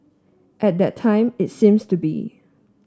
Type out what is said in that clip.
at that time it seems to be